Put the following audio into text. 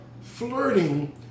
flirting